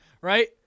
right